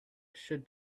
should